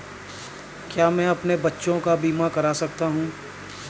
क्या मैं अपने बच्चों का बीमा करा सकता हूँ?